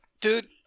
Dude